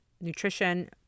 nutrition